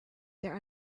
their